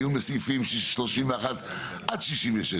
דיון בסעיפים 31 עד 66,